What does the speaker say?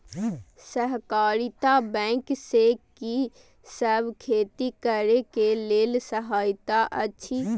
सहकारिता बैंक से कि सब खेती करे के लेल सहायता अछि?